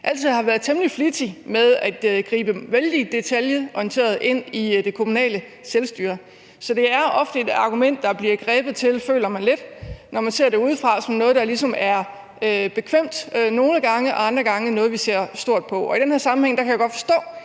altid har været temmelig flittige med at gribe vældig detaljeorienteret ind i det kommunale selvstyre. Så det er ofte et argument, der bliver grebet til, føler man lidt, når man ser det udefra, altså noget, der ligesom er bekvemt nogle gange, og andre gange noget, man ser stort på. Og i den her sammenhæng kan jeg godt forstå,